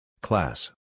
Class